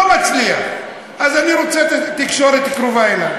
לא מצליח, אז אני רוצה את התקשורת קרובה אלי.